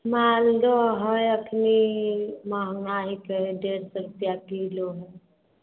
मालदह हइ एखन महगा हइके डेढ़ सओ रुपैआ किलो हइ